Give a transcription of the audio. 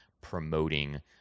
promoting